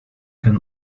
can